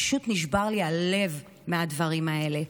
פשוט נשבר לי הלב מהדברים האלה.